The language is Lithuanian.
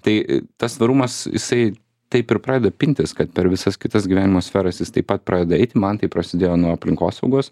tai tas svarumas jisai taip ir pradeda pintis kad per visas kitas gyvenimo sferas jis taip pat pradeda eiti man tai prasidėjo nuo aplinkosaugos